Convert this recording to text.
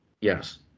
yes